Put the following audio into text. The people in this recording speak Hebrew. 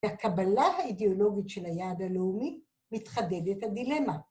והקבלה האידיאולוגית של היעד הלאומי - מתחדדת הדילמה.